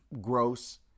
gross